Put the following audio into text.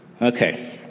Okay